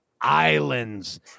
islands